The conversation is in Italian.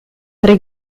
tre